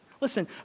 Listen